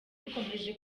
bikomeje